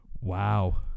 Wow